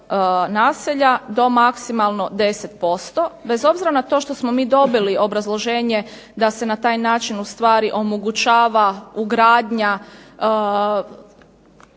naselja do maksimalno 10%, bez obzira na to što smo mi dobili obrazloženje da se na taj način ustvari omogućava ugradnja